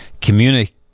communicate